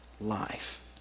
life